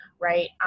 right